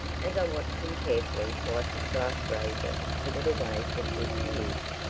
as i watched him carefully wipe his glass razor and put it away for future use,